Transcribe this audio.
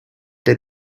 did